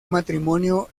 matrimonio